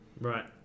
Right